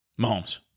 Mahomes